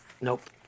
Nope